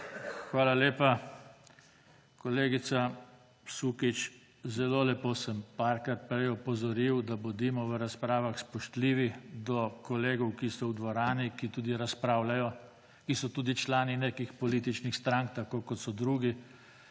Hvala lepa. Kolegica Sukič, zelo lepo sem nekajkrat prej opozoril, da bodimo v razpravah spoštljivi do kolegov, ki so v dvorani, ki tudi razpravljajo in so tudi člani nekih političnih strank, tako kot so drugi.